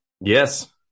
Yes